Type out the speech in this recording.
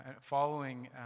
following